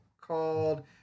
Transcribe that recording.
called